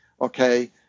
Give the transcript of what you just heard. Okay